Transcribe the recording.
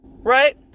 Right